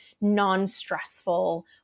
non-stressful